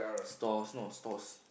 stalls not stores